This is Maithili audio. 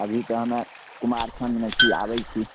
अभी तऽ हमे कुमारखण्डमे छी आबैत छी